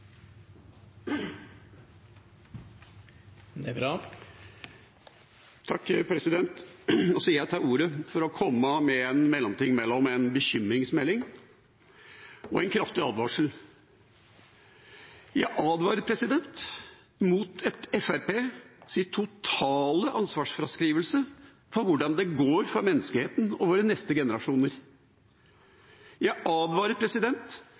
Jeg tar ordet for å komme med en mellomting mellom en bekymringsmelding og en kraftig advarsel. Jeg advarer mot Fremskrittspartiets totale ansvarsfraskrivelse for hvordan det går for menneskeheten og våre neste generasjoner. Jeg advarer